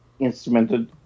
instrumented